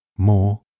More